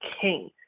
king